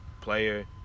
player